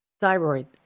thyroid